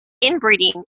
inbreeding